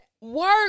work